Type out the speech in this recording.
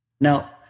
Now